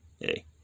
hey